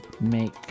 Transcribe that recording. make